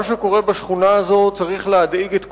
מה שקורה בשכונה הזאת צריך להדאיג את כולנו.